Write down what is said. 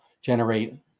generate